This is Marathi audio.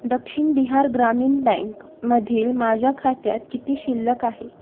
दक्षिण बिहार ग्रामीण बँक मधील माझ्या खात्यात किती शिल्लक आहे